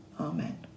Amen